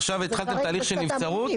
עכשיו התחלתם תהליך של נבצרות,